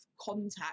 contact